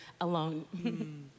alone